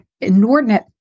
inordinate